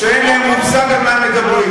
שאין להם מושג על מה הם מדברים,